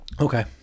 okay